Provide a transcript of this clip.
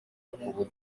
ubu